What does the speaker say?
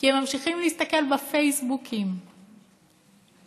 כי ממשיכים להסתכל בפייסבוק של כתבים,